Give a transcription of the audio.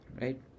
Right